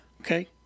Okay